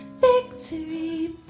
victory